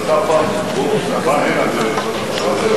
אתה בא הנה בגישה אחרת,